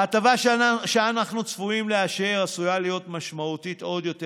ההטבה שאנחנו צפויים לאשר עשויה להיות משמעותית עוד יותר